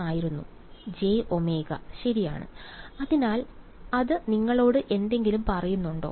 jωt ശരി അതിനാൽ അത് നിങ്ങളോട് എന്തെങ്കിലും പറയുന്നുണ്ടോ